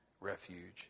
refuge